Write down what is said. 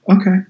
okay